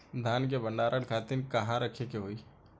धान के भंडारन खातिर कहाँरखे के होई?